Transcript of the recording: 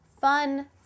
fun